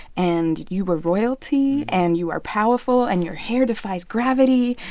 and you were royalty, and you are powerful, and your hair defies gravity.